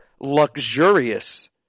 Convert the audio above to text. Luxurious